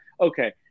okay